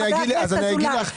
חבר הכנסת אזולאי.